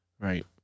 Right